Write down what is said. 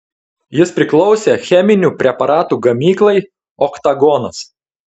jis priklausė cheminių preparatų gamyklai oktagonas